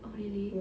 oh really